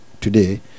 today